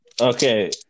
okay